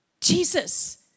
Jesus